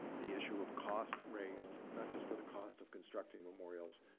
the issue of cost raised, not just for the cost of constructing memorials.